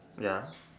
ya